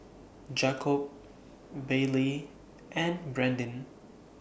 Jakob Baylee and Brandan